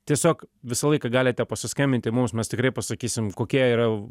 tiesiog visą laiką galite pasiskambinti mums mes tikrai pasakysim kokie yra